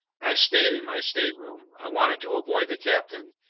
i stayed in my stateroom. i wanted to avoid the captain,